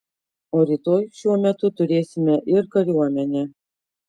o rytoj šiuo metu turėsime ir kariuomenę